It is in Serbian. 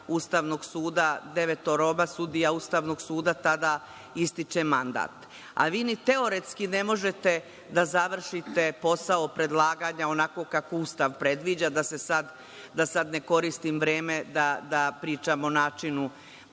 zato što devetoro sudija Ustavnog suda tada ističe mandat. Vi ni teoretski ne možete da završite posao predlaganja onako kako Ustav predviđa, da sad ne koristim vreme da pričam o načinu